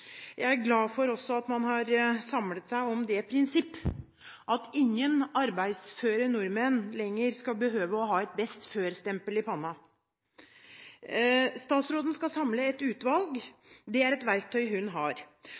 Jeg er også glad for at man har samlet seg om det prinsipp at ingen arbeidsføre nordmenn lenger skal behøve å ha et «best før»-stempel i panna. Statsråden skal samle et utvalg. Det er et verktøy hun har.